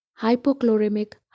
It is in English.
hypochloremic